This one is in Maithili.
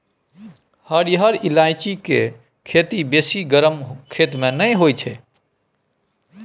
हरिहर ईलाइची केर खेती बेसी गरम खेत मे नहि होइ छै